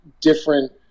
different